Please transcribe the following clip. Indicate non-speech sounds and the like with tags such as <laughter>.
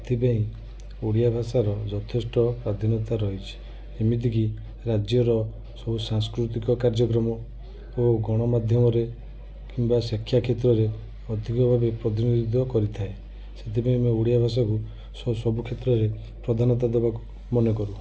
ସେଥିପାଇଁ ଓଡ଼ିଆ ଭାଷା ର ଯଥେଷ୍ଟ ସ୍ୱାଧୀନତା ରହିଛି ଏମିତିକି ରାଜ୍ୟର ସବୁ ସାଂସ୍କୃତିକ କାର୍ଯ୍ୟକର୍ମ ଓ ଗଣ ମାଧ୍ୟମରେ କିମ୍ବା ଶିକ୍ଷା କ୍ଷେତ୍ରରେ ଅଧିକ ଭାବେ <unintelligible> କରିଥାଏ ସେଥିପାଇଁ ଆମେ ଓଡ଼ିଆ ଭାଷା କୁ ସବୁ କ୍ଷେତ୍ରରେ ପ୍ରଧାନତା ଦେବାକୁ ମନେ କରୁ